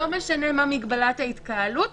לא משנה מה מגבלת ההתקהלות,